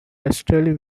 westerly